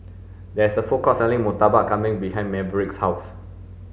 there is a food court selling murtabak kambing behind Maverick's house